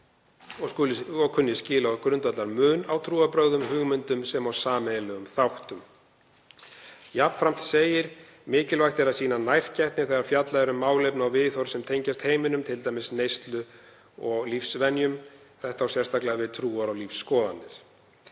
og kunni skil á grundvallarmun á trúarbrögðum, hugmyndum sem og sameiginlegum þáttum. Jafnframt segir: „Mikilvægt er að sýna nærgætni þegar fjallað er um málefni og viðhorf sem tengjast heimilum, t.d. neyslu og lífsvenjur. Þetta á sérstaklega við um trúar- og lífsskoðanir.“